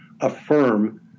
affirm